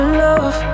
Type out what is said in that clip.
love